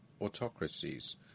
autocracies